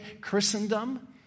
Christendom